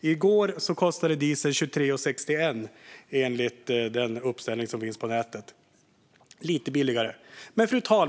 i fjol. I går kostade dieseln 23,61 enligt den uppställning som finns på nätet. Det är lite billigare, alltså.